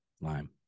lime